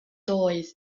doedd